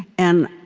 and